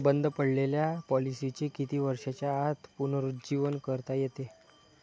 बंद पडलेल्या पॉलिसीचे किती वर्षांच्या आत पुनरुज्जीवन करता येते?